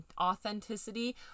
authenticity